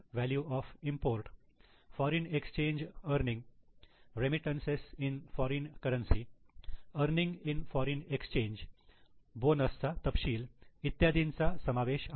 value of import foreign exchange earning remittances in foreign currency earning in foreign exchange bonus चा तपशील इत्यादींचा समावेश आहे